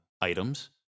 items